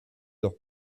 post